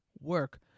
work